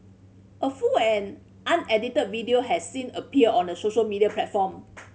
a full and unedited video had since appeared on a social media platform